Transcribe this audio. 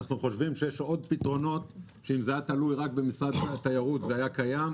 יש עוד פתרונות שאם זה היה תלוי רק במשרד התיירות זה היה קיים.